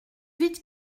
vite